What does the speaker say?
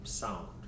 Sound